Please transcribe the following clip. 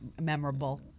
memorable